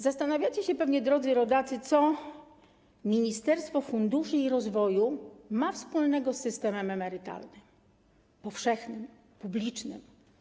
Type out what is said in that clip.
Zastanawiacie się pewnie, drodzy rodacy, co ministerstwo funduszy i rozwoju ma wspólnego z systemem emerytalnym - powszechnym, publicznym.